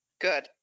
Good